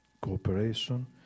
cooperation